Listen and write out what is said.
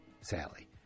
Sally